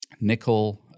nickel